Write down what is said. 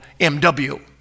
MW